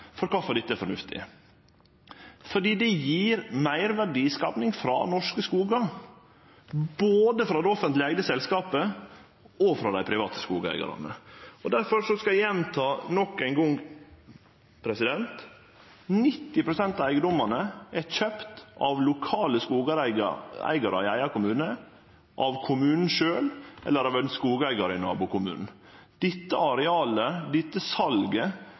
for kvifor dette er fornuftig. Det gjev meir verdiskaping frå norske skogar, både frå det offentleg eigde selskapet og frå dei private skogeigarane. Difor skal eg gjenta nok ein gong: 90 pst. av eigedomane er kjøpte av lokale skogeigarar i eigen kommune, av kommunen sjølv eller av ein skogeigar i nabokommunen. Dette arealet, dette